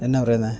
എന്നാ പറയുന്നത്